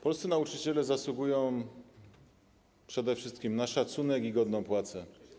Polscy nauczyciele zasługują przede wszystkim na szacunek i godną płacę.